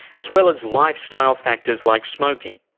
as well as lifestyle factors like smoking.